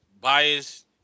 biased